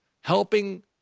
helping